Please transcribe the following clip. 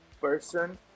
person